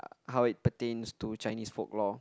how it pertains to Chinese folklore